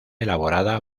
elaborada